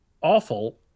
awful